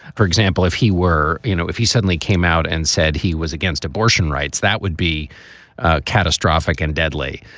for example, if he were you know, if he suddenly came out and said he was against abortion rights, that would be catastrophic and deadly.